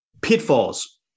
pitfalls